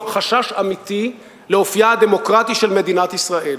חשש אמיתי לאופיה הדמוקרטי של מדינת ישראל.